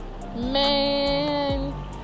Man